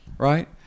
right